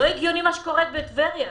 לא הגיוני מה שקורה בטבריה.